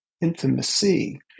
intimacy